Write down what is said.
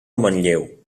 manlleu